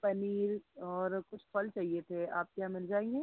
पनीर और कुछ फल चाहिए थे आपके यहाँ मिल जाएंगे